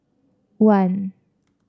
one